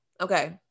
okay